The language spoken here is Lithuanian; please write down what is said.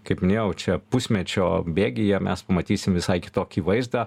kaip minėjau čia pusmečio bėgyje mes pamatysim visai kitokį vaizdą